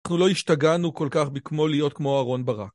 אנחנו לא השתגענו כל כך בכמו להיות כמו אהרון ברק